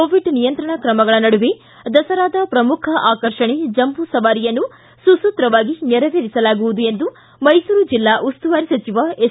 Covid ನಿಯಂತ್ರಣ ಕ್ರಮಗಳ ನಡುವೆ ದಸರಾದ ಪ್ರಮುಖ ಆಕರ್ಷಣೆ ಜಂಬೂ ಸವಾರಿಯನ್ನು ಸುಸೂತ್ರವಾಗಿ ನೆರವೇರಿಸಲಾಗುವುದು ಎಂದು ಮೈಸೂರು ಜಿಲ್ಲಾ ಉಸ್ತುವಾರಿ ಸಚಿವ ಎಸ್